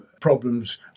problems